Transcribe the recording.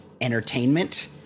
entertainment